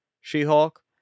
She-Hulk